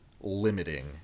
limiting